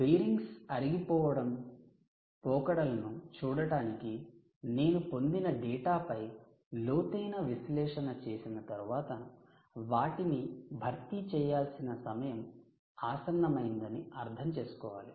bearings అరిగిపోవడం పోకడలను చూడటానికి నేను పొందిన డేటాపై లోతైన విశ్లేషణ చేసిన తరువాత వాటిని భర్తీ చేయాల్సిన సమయం ఆసన్నమైందని అర్ధం చేసుకోవాలి